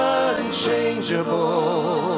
unchangeable